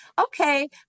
Okay